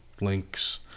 Links